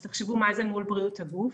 אז תחשבו מה זה מול בריאות הגוף.